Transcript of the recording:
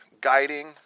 guiding